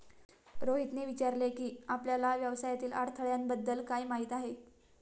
रोहितने विचारले की, आपल्याला व्यवसायातील अडथळ्यांबद्दल काय माहित आहे?